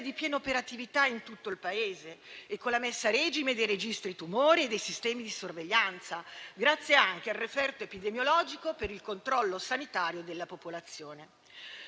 di piena operatività in tutto il Paese e con la messa a regime dei registri tumori e dei sistemi di sorveglianza, grazie anche al referto epidemiologico per il controllo sanitario della popolazione.